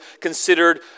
considered